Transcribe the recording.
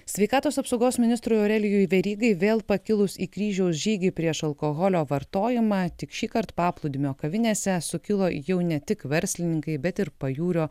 sveikatos apsaugos ministrui aurelijui verygai vėl pakilus į kryžiaus žygį prieš alkoholio vartojimą tik šįkart paplūdimio kavinėse sukilo jau ne tik verslininkai bet ir pajūrio